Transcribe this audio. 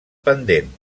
pendent